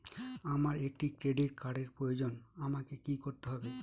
আমার একটি ক্রেডিট কার্ডের প্রয়োজন আমাকে কি করতে হবে?